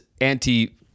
anti